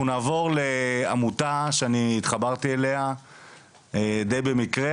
אנחנו נעבור לעמותה שאני התחברתי אליה די במקרה,